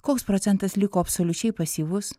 koks procentas liko absoliučiai pasyvus